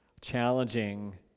challenging